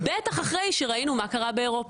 בטח אחרי שראינו מה קרה באירופה?